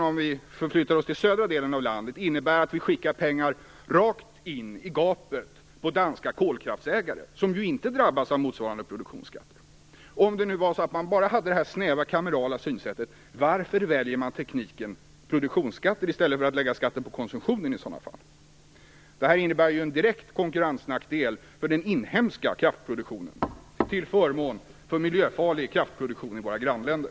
Om vi förflyttar oss till den södra delen av landet innebär det att pengar skickas rakt in i gapet på danska kolkraftsägare, som ju inte drabbas av motsvarande produktionsskatter. Om man nu bara har använt detta snäva kamerala synsätt, varför väljer man då tekniken produktionsskatter i stället för att lägga skatten på konsumtionen? Detta innebär ju en direkt konkurrensnackdel för den inhemska kraftproduktionen, till förmån för miljöfarlig kraftproduktion i våra grannländer.